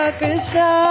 Krishna